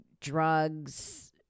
drugs